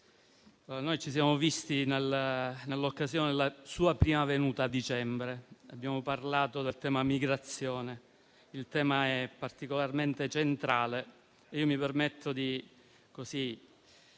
Ci siamo visti in occasione della sua prima venuta a dicembre e abbiamo parlato del tema migrazione, che è particolarmente centrale. Mi permetto di dirlo